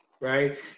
right